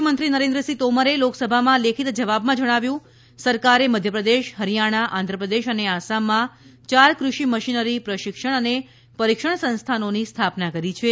કૃષિમંત્રી નરેન્દ્રસિંહ તોમરે લોકસભામાં લેખિત જવાબમાં જણાવ્યું કે સરકારે મધ્યપ્રદેશ હરિયાણા આંધ્રપ્રદેશ અને આસામમાં ચાર કૃષિ મશીનરી પ્રશિક્ષણ અને પરીક્ષણ સંસ્થાનોની સ્થાપના કરી છે